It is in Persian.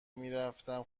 میرفتم